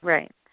Right